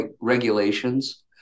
regulations